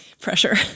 pressure